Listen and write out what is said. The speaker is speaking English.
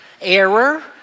error